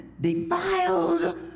defiled